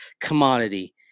commodity